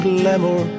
Glamour